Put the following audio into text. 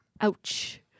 ouch